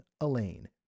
Elaine